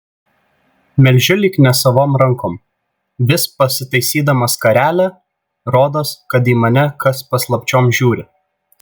melžiu lyg nesavom rankom vis pasitaisydama skarelę rodos kad į mane kas paslapčiom žiūri